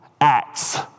acts